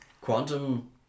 Quantum